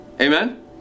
Amen